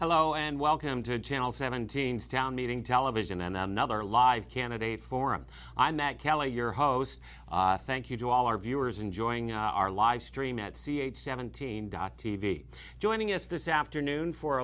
hello and welcome to channel seven teens town meeting television and another live candidate forum i met calley your host thank you to all our viewers enjoying our live stream at c eight seventeen got t v joining us this afternoon for